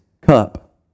cup